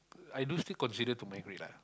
I do still consider to migrate lah